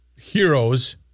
heroes